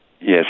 Yes